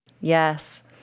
Yes